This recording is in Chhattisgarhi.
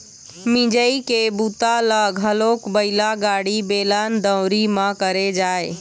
मिंजई के बूता ल घलोक बइला गाड़ी, बेलन, दउंरी म करे जाए